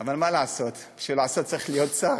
אבל מה לעשות, בשביל לעשות צריך להיות שר.